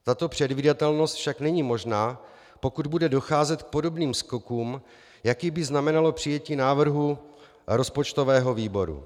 Tato předvídatelnost však není možná, pokud bude docházet k podobným skokům, jaký by znamenalo přijetí návrhu rozpočtového výboru.